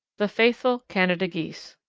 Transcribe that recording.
the faithful canada geese.